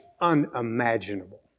unimaginable